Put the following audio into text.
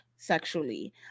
Sexually